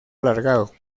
alargado